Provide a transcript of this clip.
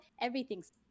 everything's